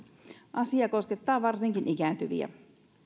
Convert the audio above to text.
asia koskettaa varsinkin ikääntyviä